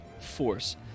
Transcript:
force